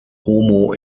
homo